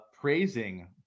praising